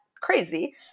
crazy